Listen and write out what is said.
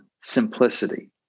simplicity